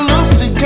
Lucy